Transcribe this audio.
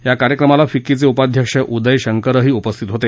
या कार्यक्रमाला फिक्कीचे उपाध्यक्ष उदय शंकरही उपस्थित होते